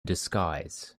disguise